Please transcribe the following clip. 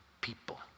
people